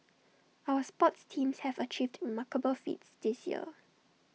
our sports teams have achieved remarkable feats this year